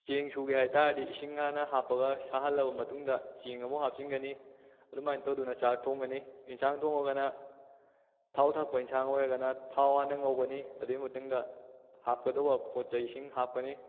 ꯆꯦꯡ ꯁꯨꯒꯦ ꯍꯥꯏꯇꯔꯗꯤ ꯏꯁꯤꯡ ꯍꯥꯟꯅ ꯍꯥꯞꯄꯒ ꯁꯥꯍꯜꯂꯕ ꯃꯇꯨꯡꯗ ꯆꯦꯡ ꯑꯃꯨꯛ ꯍꯥꯞꯆꯤꯟꯒꯅꯤ ꯑꯗꯨꯃꯥꯏꯅ ꯇꯧꯗꯨꯅ ꯆꯥꯛ ꯊꯣꯡꯒꯅꯤ ꯌꯦꯟꯁꯥꯡ ꯊꯣꯡꯂꯒꯅ ꯊꯥꯎ ꯊꯥꯛꯄ ꯌꯦꯟꯁꯥꯡ ꯑꯣꯏꯔꯒꯅ ꯊꯥꯎ ꯍꯥꯟꯅ ꯉꯧꯒꯅꯤ ꯑꯗꯨꯒꯤ ꯃꯇꯨꯡꯗ ꯍꯥꯞꯀꯗꯕ ꯄꯣꯠ ꯆꯩꯁꯤꯡ ꯍꯥꯞꯀꯅꯤ